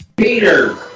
Peter